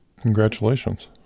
congratulations